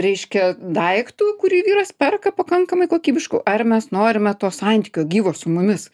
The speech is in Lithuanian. reiškia daiktu kurį vyras perka pakankamai kokybišku ar mes norime to santykio gyvo su mumis